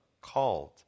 called